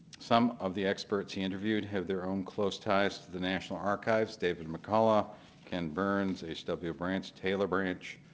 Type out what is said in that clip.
some of the experts he interviewed have their own close ties to the national archives, david mccullough ken burns, h. w. brands, taylor branch,